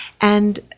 and-